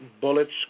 bullets